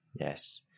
Yes